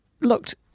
looked